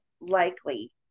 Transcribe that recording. likely